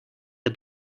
der